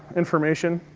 information.